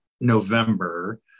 November